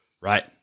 Right